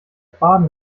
baden